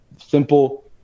simple